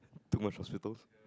too much hospitals